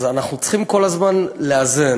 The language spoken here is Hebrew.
אז אנחנו צריכים כל הזמן לאזן.